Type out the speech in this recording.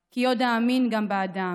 / כי עוד אאמין גם באדם,